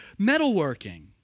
metalworking